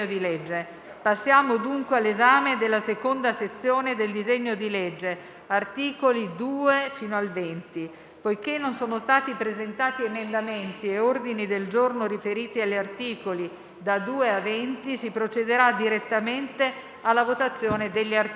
Passiamo, dunque, all'esame della seconda sezione del disegno di legge (articoli da 2 a 20). Poiché non sono stati presentati emendamenti e ordini del giorno riferiti agli articoli da 2 a 20, si procederà direttamente alla votazione degli articoli.